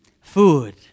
food